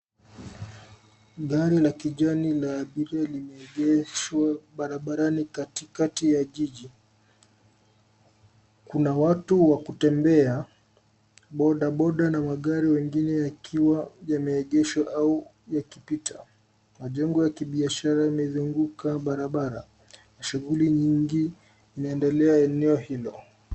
Gari la kijani la abiria limeegeshwa barabarani katikati ya jiji. Kuna watu wa kutembea, bodaboda na magari mengine yakiwa yameegeshwa au yakipita. Majengo ya kibiashara yamezunguka barabara. Shughuli nyingi inaendelea eneo hilo.